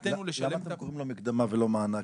למה אתם קוראים לה מקדמה ולא מענק?